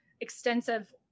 extensive